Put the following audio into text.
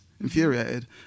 infuriated